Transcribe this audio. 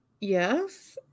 Yes